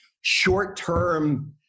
short-term